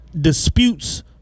disputes